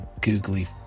googly